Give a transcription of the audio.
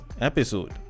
episode